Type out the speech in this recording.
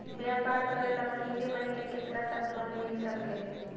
व्यापार करेल महिने महिने केतना तक लोन मिल सकले हे?